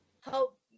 help